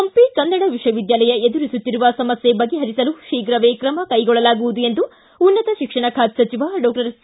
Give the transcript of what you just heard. ಹಂಪಿ ಕನ್ನಡ ವಿಕ್ವ ವಿದ್ಯಾಲಯ ಎದುರಿಸುತ್ತಿರುವ ಸಮಸ್ಯೆ ಬಗೆಹರಿಸಲು ಶೀಘ ಕ್ರಮ ಕೈಗೊಳ್ಳಲಾಗುವುದು ಎಂದು ಉನ್ನತ ಶಿಕ್ಷಣ ಖಾತೆ ಸಚಿವ ಡಾಕ್ಟರ್ ಸಿ